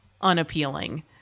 unappealing